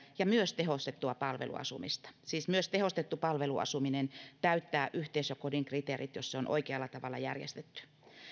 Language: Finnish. ja myös tehostettua palveluasumista siis myös tehostettu palveluasuminen täyttää yhteisökodin kriteerit jos se on oikealla tavalla järjestetty